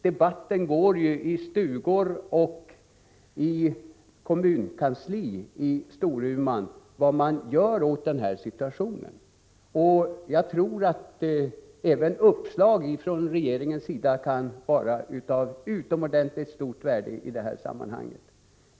Debatten förs i stugor och kommunkansli i Storumans kommun om vad man skall göra åt situationen. Och jag tror att även uppslag från regeringen kan vara av utomordentligt stort värde i detta sammanhang.